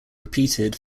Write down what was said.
repeated